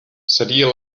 seria